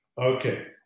Okay